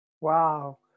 Wow